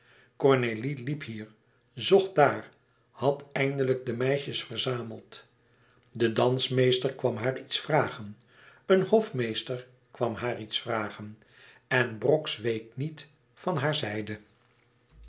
cornélie liep hier zocht daar had eindelijk de meisjes verzameld de dansmeester kwam haar iets vragen een hofmeester kwam haar iets vragen en brox week niet van haar zijde